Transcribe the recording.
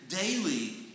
daily